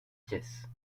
pièces